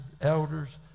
elders